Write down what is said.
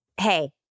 hey